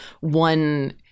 one